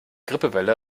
grippewelle